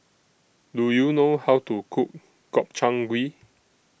Do YOU know How to Cook Gobchang Gui